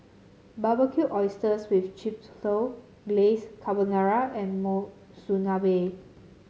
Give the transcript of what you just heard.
Barbecued Oysters with Chipotle Glaze Carbonara and Monsunabe